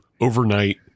overnight